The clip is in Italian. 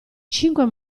cinque